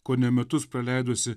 kone metus praleidusi